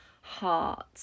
heart